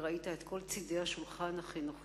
כי ראית את כל צדי השולחן החינוכי.